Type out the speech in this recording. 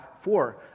four